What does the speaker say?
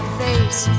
face